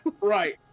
Right